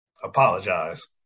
Apologize